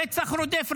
רצח רודף רצח.